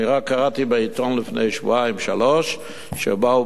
קראתי בעיתון לפני שבועיים-שלושה שבאו